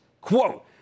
Quote